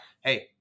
Hey